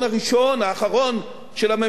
האחרון של הממשלה הקודמת,